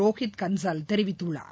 ரோஹித் கன்சல் தெரிவித்துள்ளார்